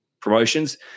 promotions